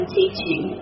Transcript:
teaching